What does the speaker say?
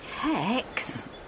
Hex